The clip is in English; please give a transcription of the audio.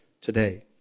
today